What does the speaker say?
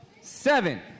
Seven